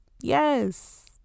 yes